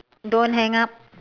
don't hang up